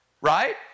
right